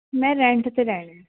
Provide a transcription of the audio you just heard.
ਮੈਂ ਰੈਂਟ 'ਤੇ ਰਹਿਣਾ